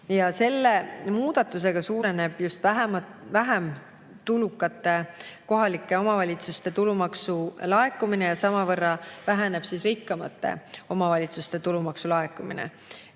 Ja selle muudatusega suureneb just vähem tulukate kohalike omavalitsuste tulumaksu laekumine ja samavõrra väheneb rikkamate omavalitsuste tulumaksu laekumine.